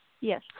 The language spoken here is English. Yes